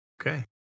Okay